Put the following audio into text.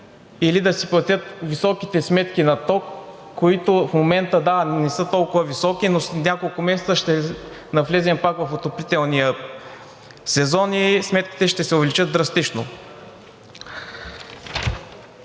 или да си платят високите сметки за ток, които в момента, да, не са толкова високи, но след няколко месеца ще навлезем пак в отоплителния сезон и сметките ще се увеличат драстично?